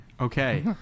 Okay